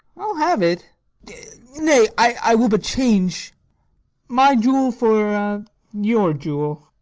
i ll have it nay, i will but change my jewel for your jewel.